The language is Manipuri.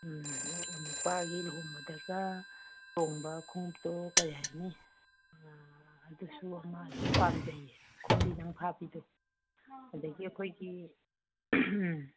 ꯎꯝ ꯅꯨꯄꯥꯒꯤ ꯂꯨꯍꯣꯡꯕꯗꯒ ꯇꯣꯡꯕ ꯈꯣꯡꯎꯞꯇꯣ ꯀꯔꯤ ꯍꯥꯏꯅꯤ ꯑꯗꯨꯁꯨ ꯑꯃ ꯑꯗꯨꯝ ꯄꯥꯝꯖꯩꯌꯦ ꯈꯣꯡꯕꯤꯗꯪ ꯐꯥꯠꯄꯤꯗꯣ ꯑꯗꯒꯤ ꯑꯩꯈꯣꯏꯒꯤ ꯎꯝ